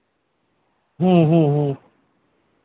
ᱦᱮᱸ ᱦᱮᱸ ᱦᱮᱸ